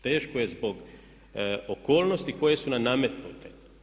Teško je zbog okolnosti koje su nam nametnute.